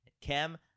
Kim